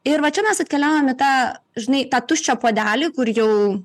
ir va čia mes atkeliaujam į tą žinai tą tuščią puodelį kur jau